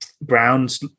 Brown's